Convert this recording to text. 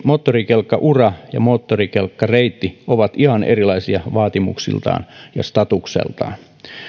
moottorikelkkaura ja moottorikelkkareitti ovat ihan erilaisia vaatimuksiltaan ja statukseltaan